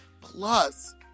plus